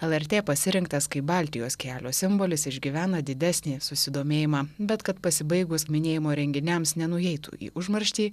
lrt pasirinktas kaip baltijos kelio simbolis išgyvena didesnį susidomėjimą bet kad pasibaigus minėjimo renginiams nenueitų į užmarštį